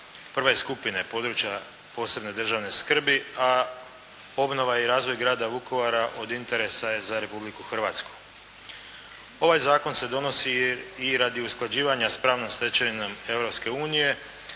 prve skupine područja posebne državne skrbi, a obnova i razvoj grada Vukovara od interesa je za Republiku Hrvatsku. Ovaj zakon se donosi i radi usklađivanja s pravnom stečevinom